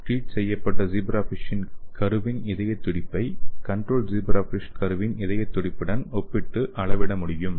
treat செய்யப்பட்ட zebrafish கருவின் இதயத் துடிப்பை கன்ட்ரோல் ஜீப்ராஃபிஷ் கருவின் இதயத் துடிப்புடன் ஒப்பிட்டு அளவிட முடியும்